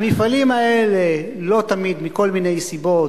המפעלים האלה לא תמיד, מכל מיני סיבות,